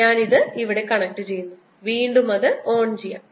ഞാൻ ഇത് ഇവിടെ കണക്റ്റുചെയ്യുന്നു വീണ്ടും അത് ഓൺ ചെയ്യാം